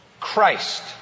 Christ